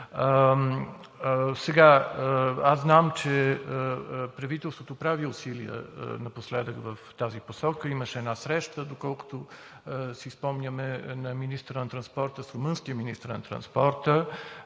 Аз знам, че правителството прави усилия напоследък в тази посока. Имаше една среща, доколкото си спомняме, на министъра на транспорта с румънския министър на транспорта,